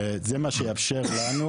זה מה שיאפשר לנו